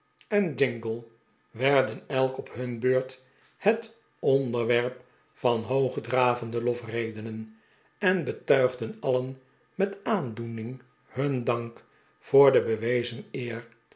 en jingle werden elk op hun beurt het onderwerp van hoogdravende lofredenen en betuigden alien met aandoening hun dank voor de bewezen eer